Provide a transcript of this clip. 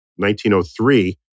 1903